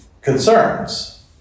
concerns